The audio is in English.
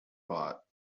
bought